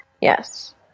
Yes